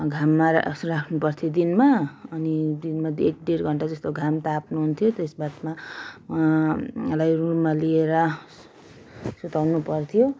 घाममा राख्नुपर्थ्यो दिनमा अनि दिनमा एक डेढ घन्टा जस्तो घम ताप्नुहुन्थ्यो त्यस बादमा उहाँलाई रुममा लिएर सुताउनु पर्थ्यो